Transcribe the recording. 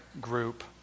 group